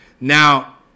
Now